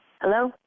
Hello